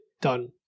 done